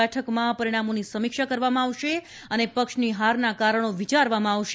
આ બેઠકમાં પરિણામોની સમીક્ષા કરવામાં આવશે અને પક્ષની હારનાં કારણો વિચારવામાં આવશે